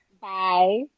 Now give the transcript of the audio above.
Bye